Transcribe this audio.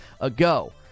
ago